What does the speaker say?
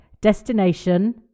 destination